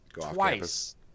twice